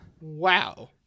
wow